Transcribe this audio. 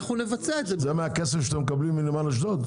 זה מהכסף שאתם מקבלים מנמל אשדוד?